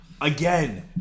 Again